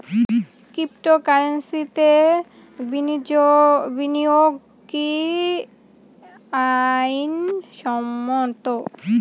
ক্রিপ্টোকারেন্সিতে বিনিয়োগ কি আইন সম্মত?